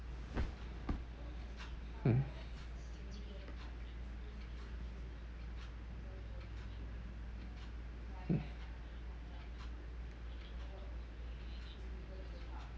mm mm